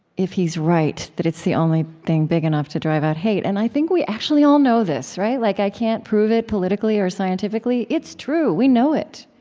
if he's right that it's the only thing big enough to drive out hate. and i think we actually all know this. like i can't prove it politically or scientifically it's true. we know it.